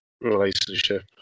relationship